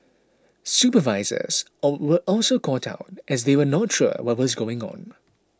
supervisors or were also caught out as they were not sure what was going on